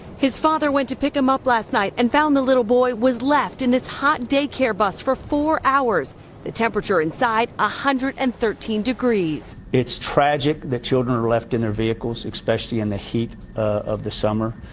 his father went to pick him up last night and found the little boy was left in this hot daycare bus for four hours. the temperature inside one ah hundred and thirteen degrees. it's tragic that children are left in their vehicles, especially in the heat of the summer.